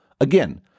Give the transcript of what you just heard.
Again